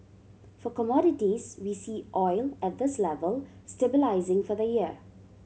for commodities we see oil at this level stabilising for the year